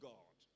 God